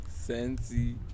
Sensi